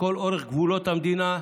לכל אורך גבולות המדינה,